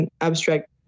abstract